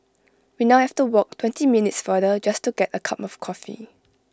we now have to walk twenty minutes farther just to get A cup of coffee